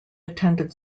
attended